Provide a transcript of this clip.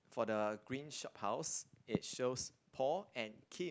for the green shop house is shows Paul and Kim